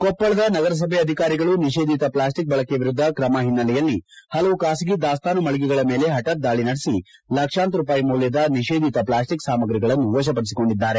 ಕೊಪ್ಪಳದ ನಗರಸಭೆ ಅಧಿಕಾರಿಗಳು ನಿಷೇಧಿತ ಪ್ಲಾಸ್ಟಿಕ್ ಬಳಕೆ ವಿರುದ್ಧ ತ್ರಮ ಹಿನ್ನೆಲೆಯಲ್ಲಿ ಹಲವು ಖಾಸಗಿ ದಾಸ್ತಾನು ಮಳಿಗೆಗಳ ಮೇಲೆ ಪಠಾತ್ ದಾಳಿ ನಡೆಸಿ ಲಕ್ಷಾಂತರ ರೂಪಾಯಿ ಮೌಲ್ಯದ ನಿಷೇಧಿತ ಪ್ಲಾಸ್ಟಿಕ್ ಸಾಮಾಗ್ರಿ ವತಪಡಿಸಿಕೊಂಡಿದ್ದಾರೆ